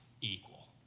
equal